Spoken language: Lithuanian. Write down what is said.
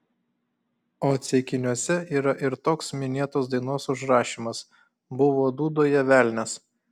o ceikiniuose yra ir toks minėtos dainos užrašymas buvo dūdoje velnias